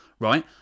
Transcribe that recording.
Right